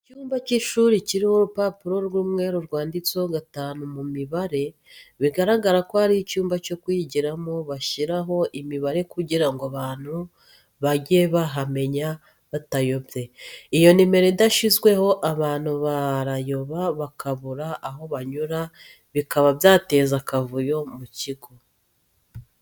Icyumba cy'ishuri kiriho urupapuro rw'umweru rwanditseho gatanu mu mibare, bigaragara ko ari icyumba cyo kwigiramo bashyiraho imibare kugira ngo abantu bage bahamenya batayobye, iyo nimero idashyizweho abantu barayoba bakabura aho banyura, bikaba byateza akavuyo mu kigo.